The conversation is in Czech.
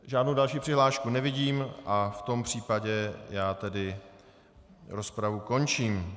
Žádnou další přihlášku nevidím a v tom případě rozpravu končím.